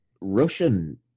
Russian